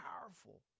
powerful